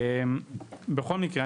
בכל מקרה,